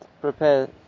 prepare